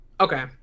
Okay